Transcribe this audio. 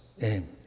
aim